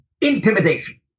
intimidation